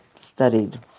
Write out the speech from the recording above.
studied